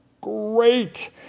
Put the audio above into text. great